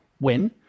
win